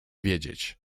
wiedzieć